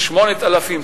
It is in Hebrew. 8,000,